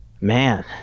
Man